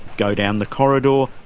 go down the corridor,